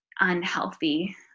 unhealthy